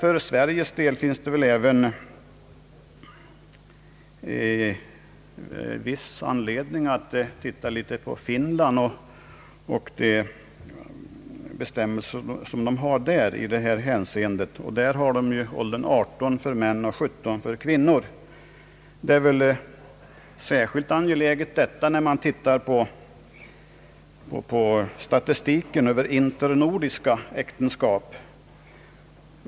För Sveriges del finns det väl också viss anledning att titta litet på de bestämmelser som man i detta hänseende har i Finland — där gäller åldern 18 år för män och 17 år för kvinnor. Av särskilt intresse är att titta på statistiken över internordiska äktenskap.